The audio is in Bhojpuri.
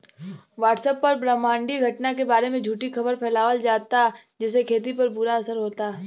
व्हाट्सएप पर ब्रह्माण्डीय घटना के बारे में झूठी खबर फैलावल जाता जेसे खेती पर बुरा असर होता